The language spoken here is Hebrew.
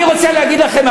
אני רוצה להגיד לכם.